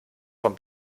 von